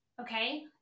okay